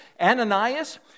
Ananias